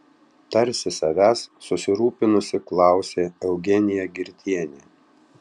tarsi savęs susirūpinusi klausė eugenija girtienė